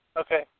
Okay